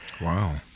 Wow